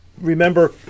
Remember